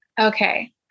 Okay